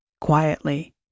quietly